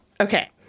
okay